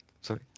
sorry